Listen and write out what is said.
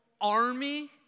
army